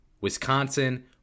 Wisconsin